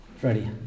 Freddie